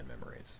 memories